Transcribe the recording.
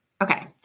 Okay